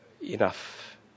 enough